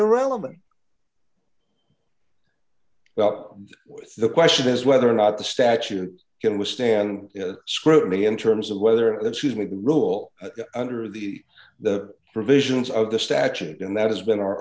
irrelevant about the question is whether or not the statute can withstand scrutiny in terms of whether it's who can rule under the the provisions of the statute and that has been our